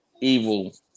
evil